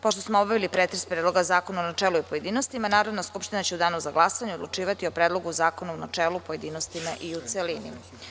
Pošto smo obavili pretres Predloga zakona u načelu i u pojedinostima, Narodna skupština će u Danu za glasanje odlučivati o Predlogu zakona u načelu, pojedinostima i u celini.